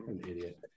idiot